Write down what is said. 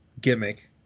gimmick